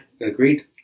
agreed